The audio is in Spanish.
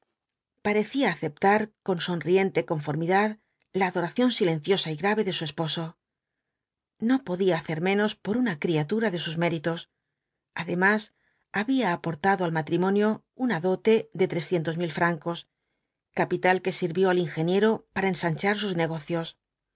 parecía aceptar con sonriente conformidad la adoración silenciosa y grave de su esposo no podía hacer menos por una criatura de sus méritos además había aportado al matrimonio una dote de trescientos mil francos capital que sirvió al ingeniero para ensanchar sus negocios